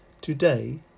Today